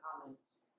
comments